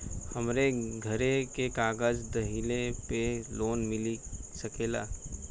हमरे घरे के कागज दहिले पे लोन मिल सकेला?